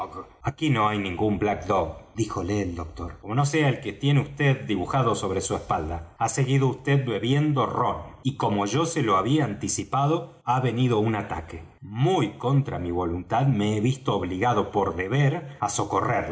aquí no hay ningún black dog díjole el doctor como no sea el que tiene vd dibujado sobre su espalda ha seguido vd bebiendo rom y como yo se lo había anticipado ha venido un ataque muy contra mi voluntad me he visto obligado por deber á socorrerle